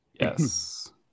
Yes